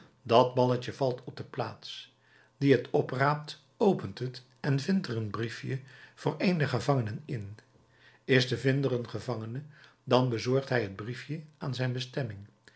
dat balletje valt op de plaats die het opraapt opent het en vindt er een briefje voor een der gevangenen in is de vinder een gevangene dan bezorgt hij het briefje aan zijn bestemming